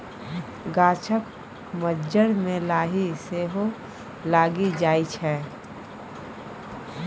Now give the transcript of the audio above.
गाछक मज्जर मे लाही सेहो लागि जाइ छै